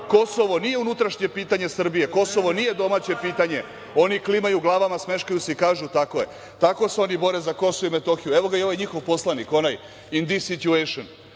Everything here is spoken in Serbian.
Kosovo nije unutrašnje pitanje Srbije, Kosovo nije domaće pitanje oni klimaju glavama, smeškaju se i kažu – tako je. Tako se oni bore za KiM.Evo ga i ovaj njihov poslanik, onaj „in dis situejšn“.